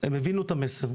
הם הבינו את המסר.